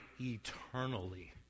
eternally